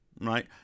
right